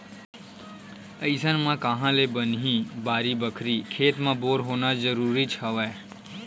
अइसन म काँहा ले बनही बाड़ी बखरी, खेत म बोर होना जरुरीच हवय